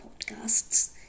podcasts